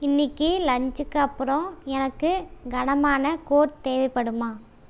இன்னிக்கு லன்ச்க்கு அப்புறம் எனக்கு கனமான கோட் தேவைப்படுமா